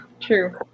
True